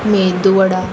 medu वडा